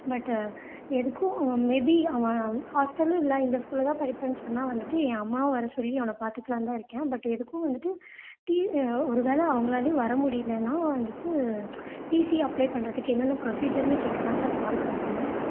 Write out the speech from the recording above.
பட்டு எதுக்கும் maybe அவன் ஹாஸ்டலும் இல்லை இந்த ஸ்கூலில் தான் படிப்பேன் சொன்னால் வந்துவிட்டு என் அம்மாவை வர சொல்லி அவனை பார்த்துக்கலாம்னு தான் இருக்கேன் பட் எதுக்கும் வந்துவிட்டு டீ ஒரு வேளை அவங்களாலையும் வர முடியலன்னா வந்துவிட்டு டிசி அப்ளை பண்ணுறதுக்கு என்னென்ன ப்ரொசீஜர்னு கேட்க தான் சார் கால் பண்ணேன்